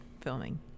filming